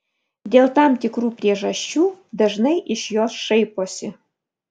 dėl tam tikrų priežasčių dažnai iš jos šaiposi